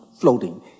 floating